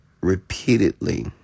repeatedly